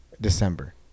December